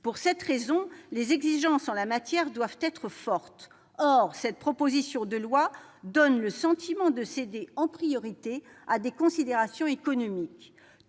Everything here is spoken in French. Pour cette raison, les exigences en la matière doivent être fortes. Or cette proposition de loi donne le sentiment de céder en priorité à des considérations économiques.